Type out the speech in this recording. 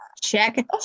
check